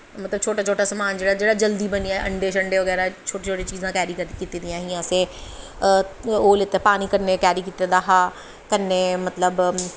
मतलब छोटा छोटा समान जेह्ड़ा जल्दी बनी जा अंडे शंडे बगैरा छोटी छोटी चीजां कैरी कीती दियां हां असें ओह् पानी कन्नै कैरी कीते दा हा कन्नै मतलब